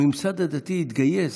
הממסד הדתי התגייס,